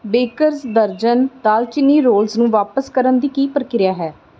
bakers ਦਰਜਨ ਦਾਲਚੀਨੀ rolls ਨੂੰ ਵਾਪਸ ਕਰਨ ਦੀ ਕੀ ਪ੍ਰਕਿਰਿਆ ਹੈ